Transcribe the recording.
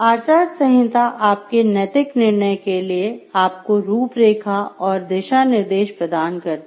आचार संहिता आपके नैतिक निर्णय के लिए आपको रूपरेखा और दिशानिर्देश प्रदान करती है